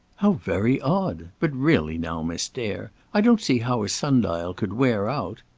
how very odd! but really now, miss dare, i don't see how a sun dial could wear out.